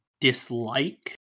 dislike